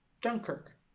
Dunkirk